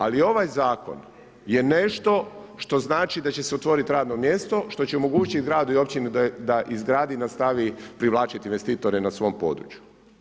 Ali, ovaj zakon, je nešto što znači da će se otvoriti radno mjesto, što će omogućiti gradu i općini da izgradi i nastavi privlačiti investitore na svom području.